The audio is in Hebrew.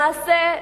למעשה,